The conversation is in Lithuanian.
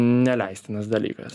neleistinas dalykas